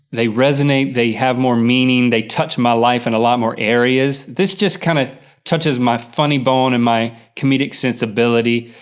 they resonate, they have more meaning, they touch my life in a lot more areas. this just kind of touches my funny bone and my comedic sensibility.